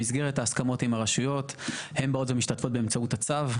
במסגרת ההסכמות עם הרשויות הן באות ומשתתפות באמצעות הצו,